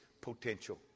potential